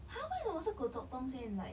!huh! 为什么是 goh chok tong 先 like